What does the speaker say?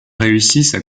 réussissent